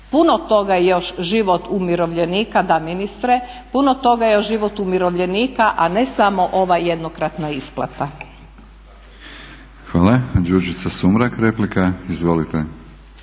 Puno toga je još život umirovljenika, da ministre, puno toga je još život umirovljenika a ne samo ova jednokratna isplata. **Batinić, Milorad (HNS)** Hvala.